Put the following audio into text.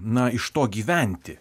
na iš to gyventi